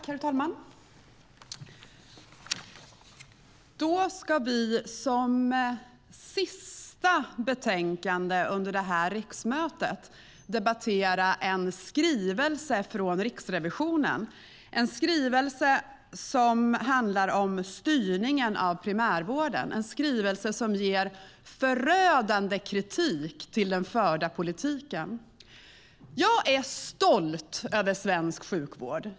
Herr talman! Det sista betänkandet som vi ska debattera under det här riksmötet gäller en skrivelse från Riksrevisionen om styrningen av primärvården. Skrivelsen ger den förda politiken förödande kritik. Jag är stolt över svensk sjukvård.